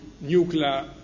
nuclear